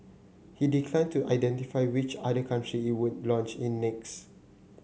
he declined to identify which other country it would launch in next